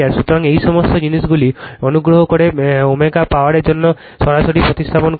সুতরাং এই সমস্ত জিনিসগুলি অনুগ্রহ করে ω পাওয়ার জন্য সরাসরি প্রতিস্থাপিত গণনা করুন